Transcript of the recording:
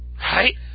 Right